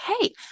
Hey